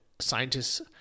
scientists